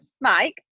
Mike